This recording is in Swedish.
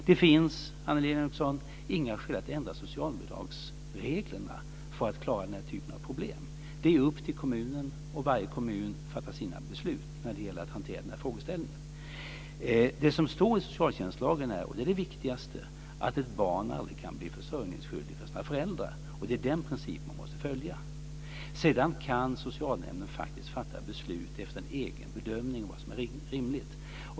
Det finns, Annelie Enochson, inga skäl att ändra socialbidragsreglerna för att klara denna typ av problem. Det är upp till kommunen, och varje kommun fattar sina beslut när det gäller att hantera denna frågeställning. Det som står i socialtjänstlagen är - det är det viktigaste - att ett barn aldrig kan bli försörjningsskyldigt för sina föräldrar, och det är den principen man måste följa. Sedan kan socialnämnden fatta beslut efter en egen bedömning av vad som är rimligt.